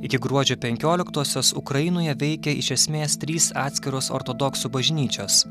iki gruodžio penkioliktosios ukrainoje veikė iš esmės trys atskiros ortodoksų bažnyčios